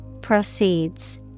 Proceeds